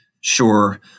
Sure